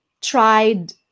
tried